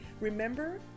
Remember